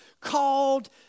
called